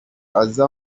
aza